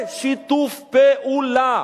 ושיתוף פעולה,